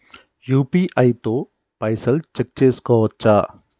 UPI తో పైసల్ check చేసుకోవచ్చా?